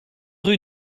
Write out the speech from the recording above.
rue